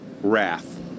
wrath